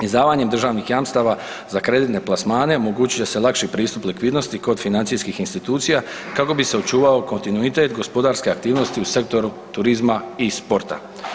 Izdavanjem državnih jamstava za kreditne plasmane omogućit će se lakši pristup likvidnosti kod financijskih institucija kako bi se očuvao kontinuitet gospodarske aktivnosti u sektoru turizma i sporta.